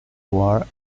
war